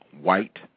white